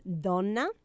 Donna